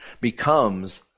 becomes